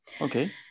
okay